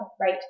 Right